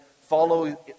follow